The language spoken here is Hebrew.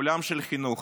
עולם של חינוך.